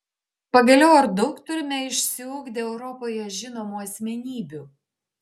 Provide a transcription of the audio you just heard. pagaliau ar daug turime išsiugdę europoje žinomų asmenybių